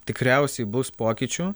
tikriausiai bus pokyčių